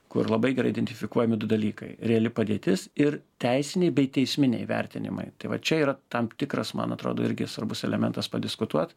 kur labai gerai identifikuojami du dalykai reali padėtis ir teisiniai bei teisminiai vertinimai tai va čia yra tam tikras man atrodo irgi svarbus elementas padiskutuot